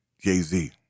Jay-Z